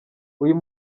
uyu